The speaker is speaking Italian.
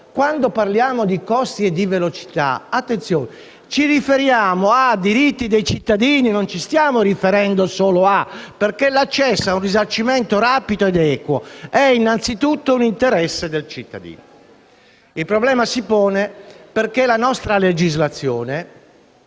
quando parliamo di costi e di velocità ci riferiamo a diritti dei cittadini, perché l'accesso ad un risarcimento rapido ed equo è innanzitutto un interesse del cittadino. Il problema si pone perché la nostra legislazione